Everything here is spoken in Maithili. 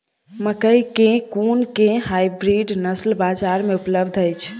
मकई केँ कुन केँ हाइब्रिड नस्ल बजार मे उपलब्ध अछि?